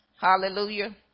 Hallelujah